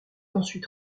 ensuite